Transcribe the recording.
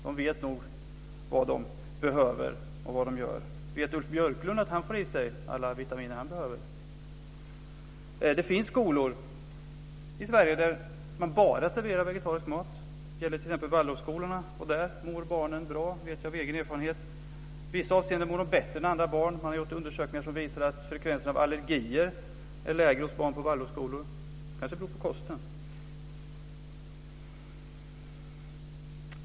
De vet nog vad de behöver och vad de gör. Vet Ulf Björklund att han får i sig alla vitaminer han behöver? Det finns skolor i Sverige där man serverar bara vegetarisk mat. Det gäller t.ex. Waldorfskolorna. Där mår barnen bra. Det vet jag av egen erfarenhet. I vissa avseenden mår de bättre än andra barn. Man har gjort undersökningar som visar att frekvensen av allergier är lägre hos barn på Waldorfskolor. Det kanske beror på kosten.